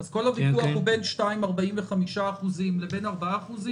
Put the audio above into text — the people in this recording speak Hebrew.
כל הוויכוח הוא בין 2.45% לבין 4%?